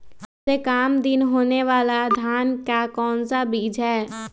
सबसे काम दिन होने वाला धान का कौन सा बीज हैँ?